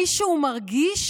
מישהו מרגיש,